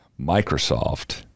Microsoft